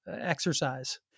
exercise